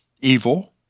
evil